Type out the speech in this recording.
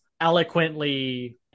eloquently